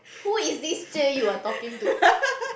who is this cher you are talking to